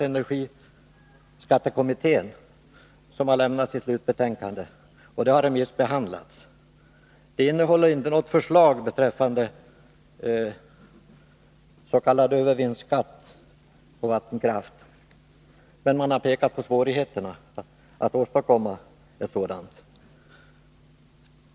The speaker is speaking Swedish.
Energiskattekommittén har vidare lämnat sitt slutbetänkande, som har remissbehandlats. Det innehåller inte något förslag beträffande s.k. övervinstskatt på vattenkraft, men man har pekat på svårigheterna att åstadkomma en sådan.